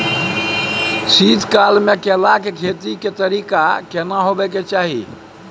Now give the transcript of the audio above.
शीत काल म केला के खेती के तरीका केना होबय के चाही?